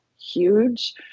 huge